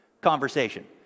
conversation